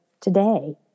today